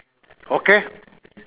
okay